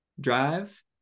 drive